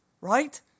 Right